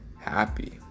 happy